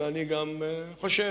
ואני גם חושב,